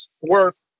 worth